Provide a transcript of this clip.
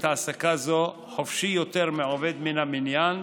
העסקה זו חופשי יותר מעובד 'מן המניין'